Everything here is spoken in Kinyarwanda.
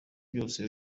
byose